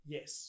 Yes